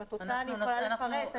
אם את רוצה, אני יכולה לפרט.